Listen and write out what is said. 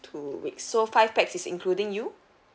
two weeks so five pax is including you